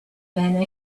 been